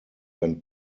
went